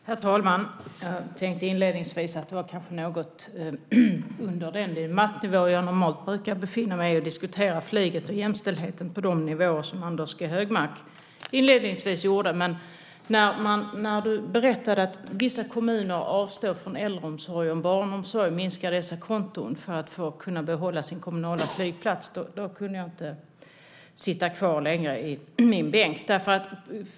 Herr talman! Jag tänkte inledningsvis att de nivåer som Anders G Högmark var på kanske var något under den debattnivå jag normalt brukar befinna mig på för att diskutera flyget och jämställdheten. Men när du berättade att vissa kommuner avstår från äldreomsorg och barnomsorg och minskar dessa konton för att kunna behålla sin kommunala flygplats kunde jag inte sitta kvar längre i min bänk.